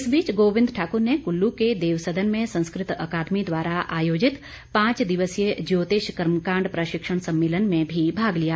इस बीच गोविन्द ठाकुर ने कुल्लू के देवसदन में संस्कृत अकादमी द्वारा आयोजित पांच दिवसीय ज्योतिष कर्मकांड प्रशिक्षण सम्मेलन में भी भाग लिया